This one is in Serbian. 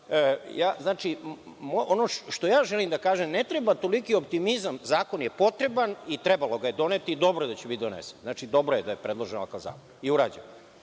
dalje. Znači, ono što ja želim da kažem, ne treba toliki optimizam. Zakon je potreba i trebalo ga je doneti i dobro je da će biti donesen. Znači, da je predložena kazna i urađena,